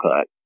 cut